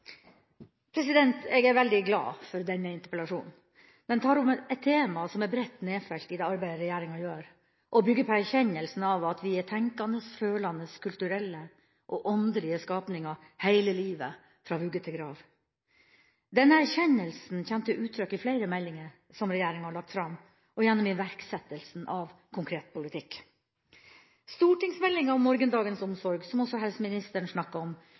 lokalt. Jeg er veldig glad for denne interpellasjonen. Den tar opp et tema som er bredt nedfelt i det arbeidet regjeringa gjør, og bygger på erkjennelsen av at vi er tenkende, følende, kulturelle og åndelige skapninger hele livet, fra vugge til grav. Denne erkjennelsen kommer til uttrykk i flere meldinger som regjeringa har lagt fram, og gjennom iverksettelsen av konkret politikk. Stortingsmeldinga Morgendagens omsorg, som også helseministeren snakket om,